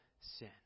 sin